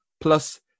plus